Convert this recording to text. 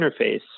interface